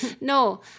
No